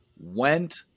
went